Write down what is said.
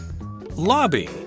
Lobby